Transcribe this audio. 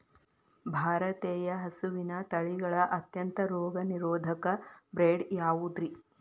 ಭಾರತೇಯ ಹಸುವಿನ ತಳಿಗಳ ಅತ್ಯಂತ ರೋಗನಿರೋಧಕ ಬ್ರೇಡ್ ಯಾವುದ್ರಿ?